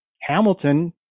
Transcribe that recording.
Hamilton